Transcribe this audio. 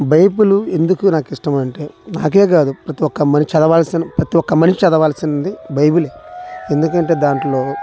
Bible ఎందుకు నాకు ఇష్టము అంటే నాకే కాదు ప్రతి ఒక్క మని చదవాల్సిన ప్రతి ఒక్క మనిషి చదవాల్సింది బైబులే ఎందుకంటే దాంట్లో